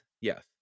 Yes